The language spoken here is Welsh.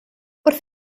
wrth